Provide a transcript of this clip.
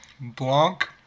Blanc